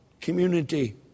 community